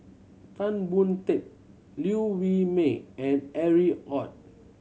Tan Boon Teik Liew Wee Mee and Harry Ord